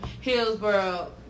Hillsboro